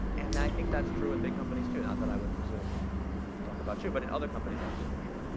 and i think that's true in big companies, too. not that i would presume to talk about you. but in other companies i've seen, for sure.